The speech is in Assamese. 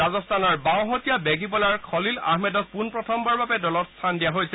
ৰাজস্থানৰ বাওঁহতীয়া বেগী বলাৰ খলিল আহমেদক পোনপ্ৰথমবাৰৰ বাবে দলত স্থান দিয়া হৈছে